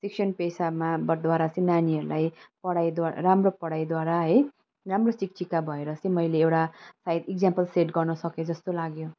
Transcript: शिक्षण पेसामा बट द्वारा चाहिँ नानीहरूलाई पढाइद्वा राम्रो पढाइद्वारा है राम्रो शिक्षिका भएर चाहिँ मैले एउटा सायद इकज्यामपल सेट गर्न सकेँँ जस्तो लाग्यो